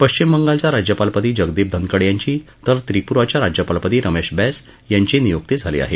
पश्चिम बंगालच्या राज्यपालपदी जगदीप धनकड यांची तर त्रिपुराच्या राज्यपालपदी रमेश बैस यांची नियुक्ती झाली आहे